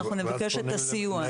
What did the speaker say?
אנחנו נבקש את הסיוע.